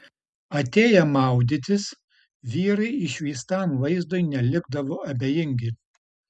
atėję maudytis vyrai išvystam vaizdui nelikdavo abejingi